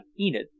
Enid